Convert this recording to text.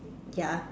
ya